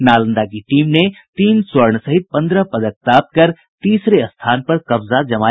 नालंदा की टीम ने तीन स्वर्ण सहित पन्द्रह पदक प्राप्त कर तीसरे स्थान पर कब्जा जमाया